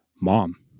mom